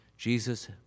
Jesus